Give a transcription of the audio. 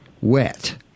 wet